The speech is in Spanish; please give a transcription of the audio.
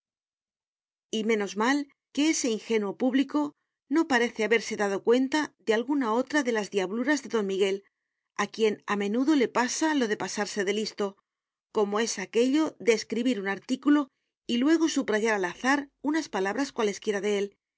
y menos mal que ese ingenuo público no parece haberse dado cuenta de alguna otra de las diabluras de don miguel a quien a menudo le pasa lo de pasarse de listo como es aquello de escribir un artículo y luego subrayar al azar unas palabras cualesquiera de él